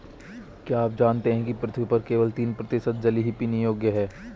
क्या आप जानते है पृथ्वी पर केवल तीन प्रतिशत जल ही पीने योग्य है?